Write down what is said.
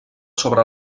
sobre